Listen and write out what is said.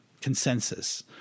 consensus